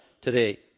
today